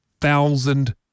thousand